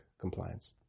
compliance